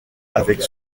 avec